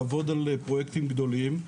לעבוד על פרויקטים גדולים,